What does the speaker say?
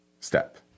step